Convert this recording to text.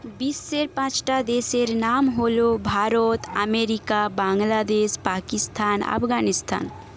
বিশ্বের পাঁচটা দেশের নাম হল ভারত আমেরিকা বাংলাদেশ পাকিস্তান আফগানিস্তান